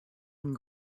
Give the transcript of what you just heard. and